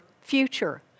future